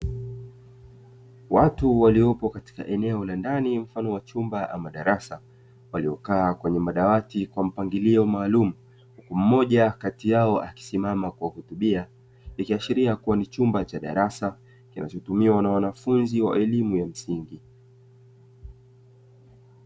Watu waliopo katika eneo la ndani mfano wa chumba au madarasa waliokaa kwenye madawati kwa mpangilio maalum, mmoja kati yao akisimama na kuhutubia ikiashiria kuwa ni chumba cha darasa kinachotumiwa na wanafunzi wa elimu ya msingi.